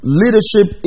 leadership